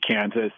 Kansas